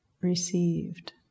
received